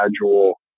gradual